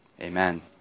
amen